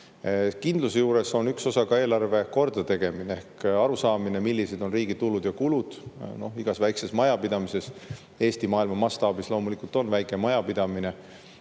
juures on üks osa ka eelarve kordategemine ehk arusaamine, millised on riigi tulud ja kulud. Igas väikeses majapidamises – maailma mastaabis loomulikult on Eestis väikemajapidamine